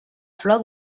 flor